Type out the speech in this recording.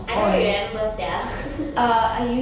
I don't remember sia